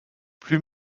plus